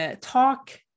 talk